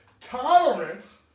Tolerance